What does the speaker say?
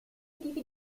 tipi